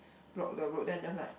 block the road then just like